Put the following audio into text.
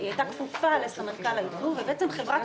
היא הייתה כפופה לסמנכ"ל הייצור ובעצם חברת